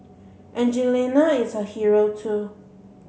Angelina is a hero too